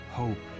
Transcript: hope